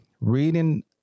reading